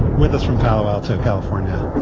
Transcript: with us from palo alto, california,